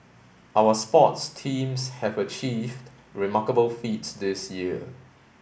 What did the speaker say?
our sports teams have achieved remarkable feats this year